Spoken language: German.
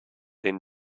den